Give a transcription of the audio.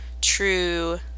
true